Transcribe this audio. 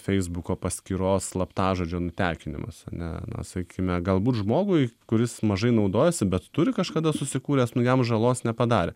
feisbuko paskyros slaptažodžio nutekinimas ne na sakykime galbūt žmogui kuris mažai naudojasi bet turi kažkada susikūręs nu jam žalos nepadarė